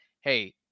hey